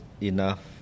enough